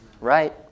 right